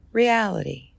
reality